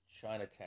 Chinatown